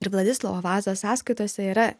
ir vladislovo vazos sąskaitose yra